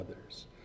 others